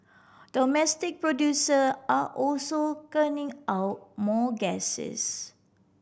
domestic producer are also out more gases